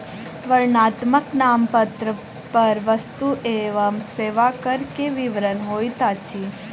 वर्णनात्मक नामपत्र पर वस्तु एवं सेवा कर के विवरण होइत अछि